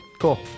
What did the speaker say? cool